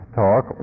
talk